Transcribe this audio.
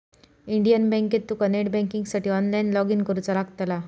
Indian बँकेत तुका net बँकिंगसाठी ऑनलाईन लॉगइन करुचा लागतला